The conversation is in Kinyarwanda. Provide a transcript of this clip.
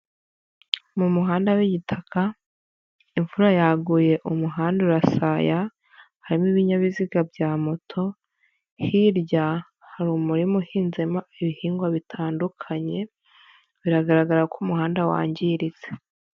Mu muhanda w'igitaka imvura yaguye umuhanda urasaya, harimo ibinyabiziga bya moto, hirya hari umurima uhinzemo ibihingwa bitandukanye biragaragara ko umuhanda wangiritse.